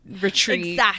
retreat